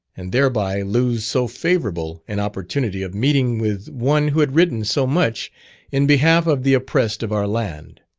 and thereby lose so favourable an opportunity of meeting with one who had written so much in behalf of the oppressed of our land.